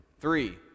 Three